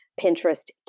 Pinterest